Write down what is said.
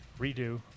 Redo